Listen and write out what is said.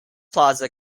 plaza